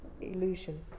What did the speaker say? Illusion